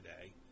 today